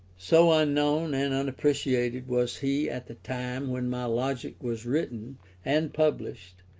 so unknown and unappreciated was he at the time when my logic was written and published,